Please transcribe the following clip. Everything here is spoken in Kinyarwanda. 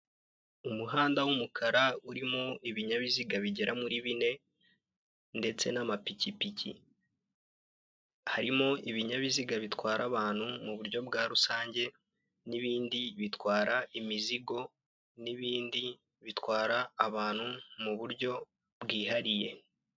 Umuhanda w'umukara urimo ibinyabiziga bigera muri bine, ndetse n'amapikipiki, harimo ibinyabiziga bitwara abantu mu buryo bwa rusange n'ibindi bitwara imizigo n'ibindi bitwara abantu mu buryo bwihariye.